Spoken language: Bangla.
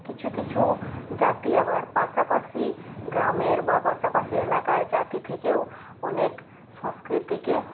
কিছু কিছু জাতি আবার পাশাপাশি গ্রামের বা পাশাপাশি এলাকার জাতি থেকেও অনেক সংস্কৃতিকে